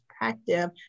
perspective